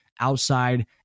outside